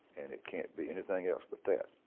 and it can't be anything else but that.